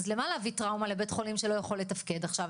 אז למה להביא טראומה לבית חולים שלא יכול לתפקד עכשיו,